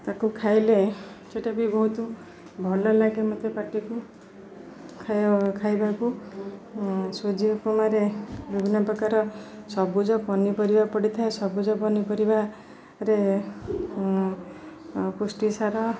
ତାକୁ ଖାଇଲେ ସେଟା ବି ବହୁତ ଭଲ ଲାଗେ ମୋତେ ପାଟିକୁ ଖାଇବାକୁ ସୁଜି ଉପମାରେ ବିଭିନ୍ନ ପ୍ରକାର ସବୁଜ ପନିପରିବା ପଡ଼ିଥାଏ ସବୁଜ ପନିପରିବାରେ ପୁଷ୍ଟିସାର